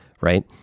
right